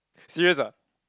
serious